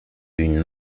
une